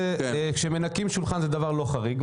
כשמנקים שולחן, זה לא דבר חריג.